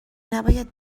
نباید